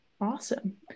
Awesome